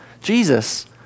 Jesus